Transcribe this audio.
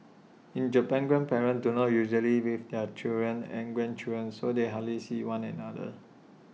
in Japan grandparents do not usually live with their children and grandchildren so they hardly see one another